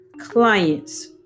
Clients